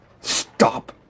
Stop